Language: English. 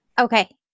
Okay